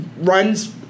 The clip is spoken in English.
runs